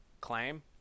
claim